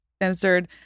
answered